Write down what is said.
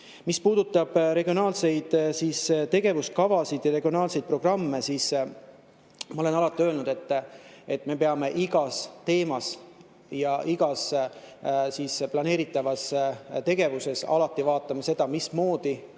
regionaalseid tegevuskavasid ja regionaalseid programme, siis ma olen alati öelnud, et me peame iga teema ja iga planeeritava tegevuse puhul alati vaatama seda, mismoodi